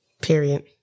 Period